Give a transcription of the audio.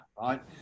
right